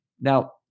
now